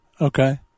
Okay